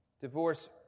Divorce